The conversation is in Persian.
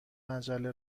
مجله